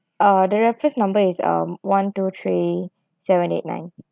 uh the reference number is um one two three seven eight nine